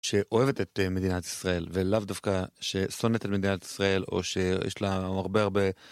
שאוהבת את מדינת ישראל ולאו דווקא ששונאת את מדינת ישראל או שיש לה הרבה הרבה